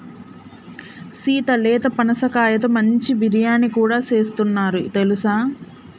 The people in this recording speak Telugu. సీత లేత పనసకాయతో మంచి బిర్యానీ కూడా సేస్తున్నారు తెలుసా